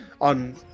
on